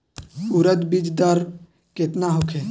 उरद बीज दर केतना होखे?